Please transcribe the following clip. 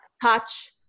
touch